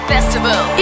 Festival